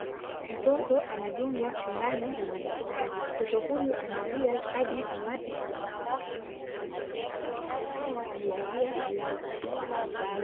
Mtoto anadungwa sindano na madaktari. Mtoto huyu analia hadi kamasi kutoka puani mwake. Daktari hawa wamevalia glavu mkononi mwao.